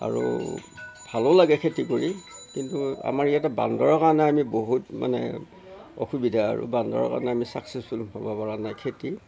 আৰু ভালো লাগে খেতি কৰি কিন্তু আমাৰ ইয়াতে বান্দৰৰ কাৰণে বহুত মানে অসুবিধা আৰু বান্দৰৰ কাৰণে আমি চাকচেচফুল হ'ব পৰা নাই খেতি